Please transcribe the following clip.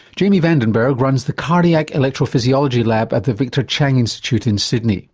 jamie vandenberg runs the cardiac electrophysiology lab at the victor chang institute in sydney.